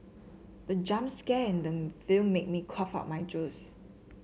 the jump scare in the film made me cough out my juice